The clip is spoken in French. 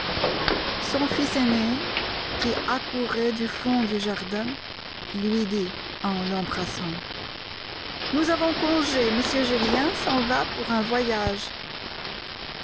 son fils aîné qui accourait du fond du jardin lui dit en l'embrassant nous avons congé m julien s'en va pour un voyage